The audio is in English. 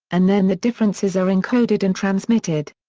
and then the differences are encoded and transmitted.